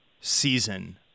season